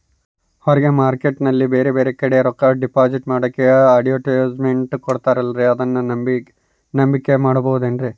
ಹೊರಗೆ ಮಾರ್ಕೇಟ್ ನಲ್ಲಿ ಬೇರೆ ಬೇರೆ ಕಡೆ ರೊಕ್ಕ ಡಿಪಾಸಿಟ್ ಮಾಡೋಕೆ ಅಡುಟ್ಯಸ್ ಮೆಂಟ್ ಕೊಡುತ್ತಾರಲ್ರೇ ಅದನ್ನು ನಂಬಿಕೆ ಮಾಡಬಹುದೇನ್ರಿ?